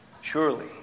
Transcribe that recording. Surely